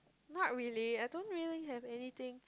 not really I don't really have anything